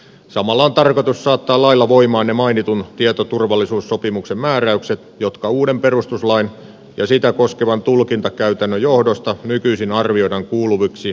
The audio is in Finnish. samalla on tarkoitus saattaa lailla voimaan ne mainitun tietoturvallisuussopimuksen määräykset jotka uuden perustuslain ja sitä koskevan tulkintakäytännön johdosta nykyisin arvioidaan kuuluviksi lainsäädännön alaan